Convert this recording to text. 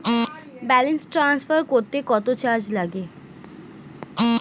Balance transfer করতে কত charge লাগে?